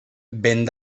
vent